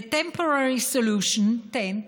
The temporary solution tent,